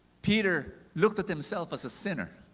peter looked at himself as a sinner.